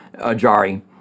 Jari